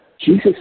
Jesus